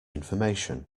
information